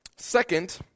Second